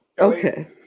Okay